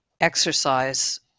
exercise